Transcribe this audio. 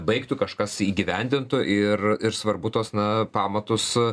baigtų kažkas įgyvendintų ir ir svarbu tuos na pamatus